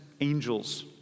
angels